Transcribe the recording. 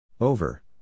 Over